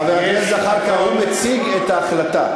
חבר הכנסת זחאלקה, הוא מציג את ההחלטה.